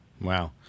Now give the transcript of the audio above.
Wow